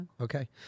Okay